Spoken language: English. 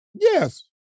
yes